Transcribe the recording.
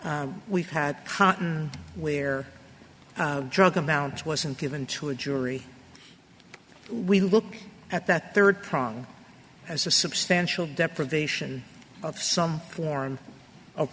we've had cotton where drug amounts wasn't given to a jury we look at that third prong as a substantial deprivation of some form o